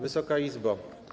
Wysoka Izbo!